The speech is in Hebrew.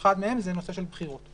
כשאחד מהם זה נושא של בחירות.